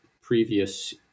previous